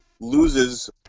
loses